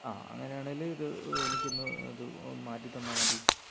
ആ അങ്ങനെയാണെങ്കിൽ ഇത് എനിക്കിന്നു ഇത് മാറ്റിത്തന്നാൽ മതി